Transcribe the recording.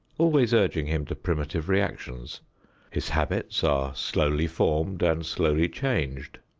always urging him to primitive reactions his habits are slowly formed and slowly changed.